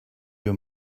your